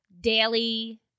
daily